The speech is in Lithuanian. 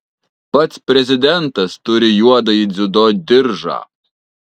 pats prezidentas turi juodąjį dziudo diržą